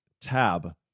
tab